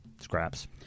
Scraps